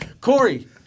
Corey